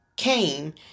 came